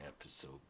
episode